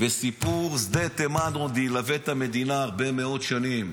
סיפור שדה תימן עוד ילווה את המדינה הרבה מאוד שנים.